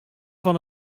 fan